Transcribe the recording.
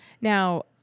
Now